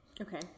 okay